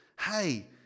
hey